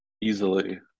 easily